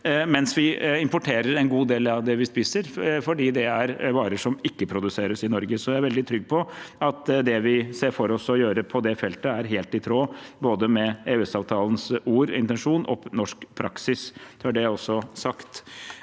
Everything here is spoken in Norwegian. Vi importerer en god del av det vi spiser, fordi det er varer som ikke produseres i Norge. Så jeg er veldig trygg på at det vi ser for oss å gjøre på dette feltet, er helt i tråd med både EØS-avtalens ord, intensjon og norsk praksis – så er det også sagt.